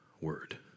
word